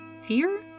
Fear